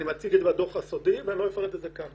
אני מציג את זה בדוח הסודי ולא אוכל לפרט זאת כאן.